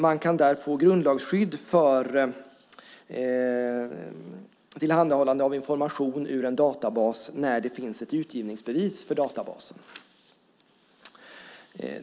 Man kan där få grundlagsskydd för tillhandahållande av information ur en databas när det finns ett utgivningsbevis för databasen.